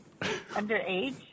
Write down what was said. underage